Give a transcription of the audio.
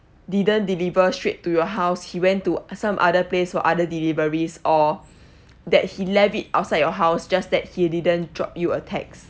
didn't deliver straight to your house he went to some other place for other deliveries or that he left it outside your house just that he didn't drop you a text